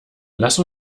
lass